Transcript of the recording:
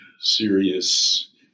serious